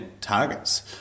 targets